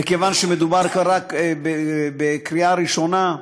וכיוון שמדובר רק בקריאה ראשונה,